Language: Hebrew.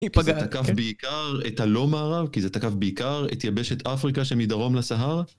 כי זה תקף בעיקר את הלא מערב, כי זה תקף בעיקר את יבשת אפריקה שמדרום לסהרה.